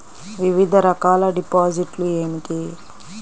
వివిధ రకాల డిపాజిట్లు ఏమిటీ?